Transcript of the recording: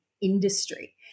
industry